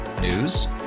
News